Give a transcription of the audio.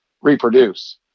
reproduce